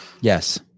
Yes